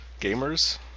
gamers